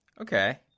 okay